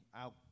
out